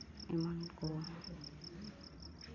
ᱮᱢᱟᱱ ᱠᱚ